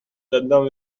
tendant